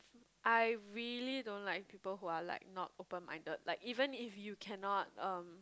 I really don't like people who are like not open minded like even if you cannot um